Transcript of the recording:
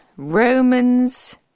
Romans